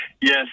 Yes